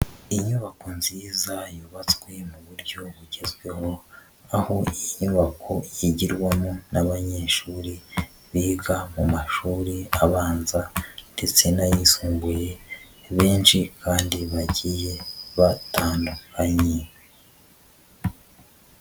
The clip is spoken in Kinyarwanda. Inyubako nziza yubatswe mu buryo bugezweho aho inyubako igirwamo n'abanyeshuri biga mu mashuri abanza ndetse n'ayisumbuye benshi kandi bagiye batandukanye.